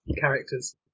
characters